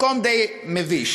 מקום די מביש.